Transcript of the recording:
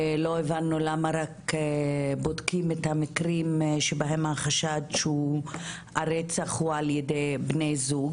לא הבנו למה רק בודקים את המקרים שבהם החשד שהרצח הוא על ידי בני זוג,